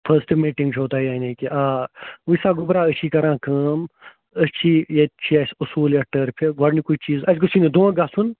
first meeting چھو تۄہہِ یعنی کہِ آ وٕچھ سا گوٚبراہ أسۍ چھِ کَران کٲم أسۍ چھِ ییٚتہِ چھِ اَسہِ اَصوٗلِیَت ٹٔرفہِ گۄڈٕنیُکُے چیٖز اَسہِ گوٚژھُے نہٕ دھونٛکہٕ گژھُن